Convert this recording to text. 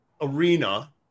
arena